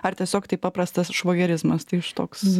ar tiesiog tai paprastas švogerizmas tai š toks